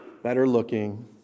better-looking